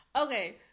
Okay